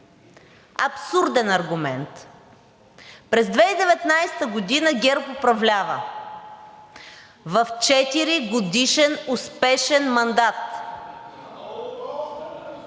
Абсурден аргумент! През 2019 г. ГЕРБ управлява в 4-годишен успешен мандат.